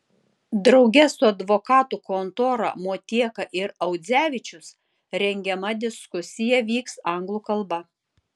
drauge su advokatų kontora motieka ir audzevičius rengiama diskusija vyks anglų kalba